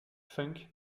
funk